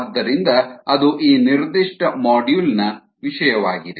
ಆದ್ದರಿಂದ ಅದು ಈ ನಿರ್ದಿಷ್ಟ ಮಾಡ್ಯೂಲ್ನ ವಿಷಯವಾಗಿದೆ